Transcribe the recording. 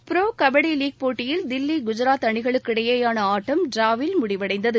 pro kabaddi league போட்டியில் தில்லி குஜராத் அணிகளுக்கு இடையேயான ஆட்டம் ட்ராவில் முடிவடைந்தது